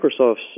Microsoft's